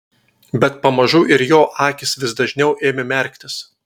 bet pamažu ir jo akys vis dažniau ėmė merktis